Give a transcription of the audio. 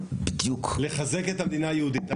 לחזק את המדינה היהודית.